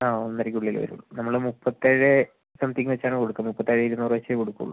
ആ ഒന്നരയ്ക്കുള്ളിലേ വരൂ നമ്മൾ മുപ്പത്തേഴ് സംതിംഗ് വെച്ചാണ് കൊടുക്കുന്നത് മുപ്പത്തേഴ് ഇരുന്നൂറ് വെച്ചേ കൊടുക്കൂള്ളൂ